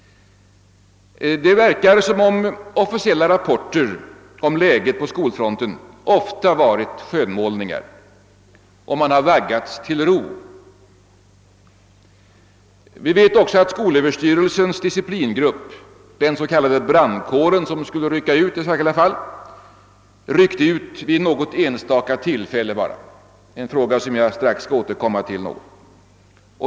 Det verkar som om officiella rapporter om läget på skolfronten ofta varit skönmålningar. Man har vaggats till ro. Vi vet också att skolöverstyrelsens disciplingrupp, den s.k. brandkåren, som skulle rycka ut i särskilda fall, har gjort det bara vid något enstaka tillfälle — en fråga som jag strax skall återkomma till.